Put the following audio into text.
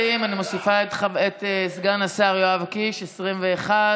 20, ואני מוסיפה את סגן השר יואב קיש, 21,